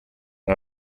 era